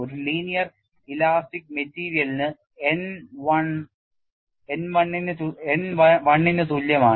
ഒരു linear elastic മെറ്റീരിയലിന് n 1 ന് തുല്യമാണ്